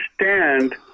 understand